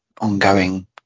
ongoing